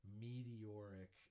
meteoric